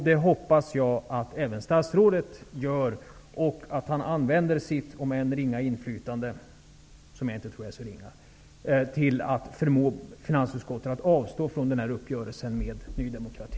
Det hoppas jag att även statsrådet gör och att han använder sitt, om än ringa, inflytande, som jag inte tror är så ringa, till att förmå finansutskottet att avstå från denna uppgörelse med Ny demokrati.